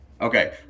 Okay